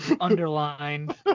underlined